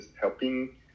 helping